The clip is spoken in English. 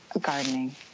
Gardening